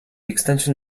extension